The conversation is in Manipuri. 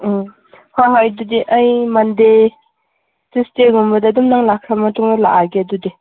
ꯎꯝ ꯍꯣꯏ ꯍꯣꯏ ꯑꯗꯨꯗꯤ ꯑꯩ ꯃꯟꯗꯦ ꯇꯨꯏꯁꯗꯦꯒꯨꯝꯕꯗ ꯑꯗꯨꯝ ꯅꯪ ꯂꯥꯛꯈ꯭ꯔ ꯃꯇꯨꯡ ꯂꯥꯛꯑꯒꯦ ꯑꯗꯨꯗꯤ